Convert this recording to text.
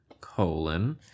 colon